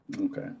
okay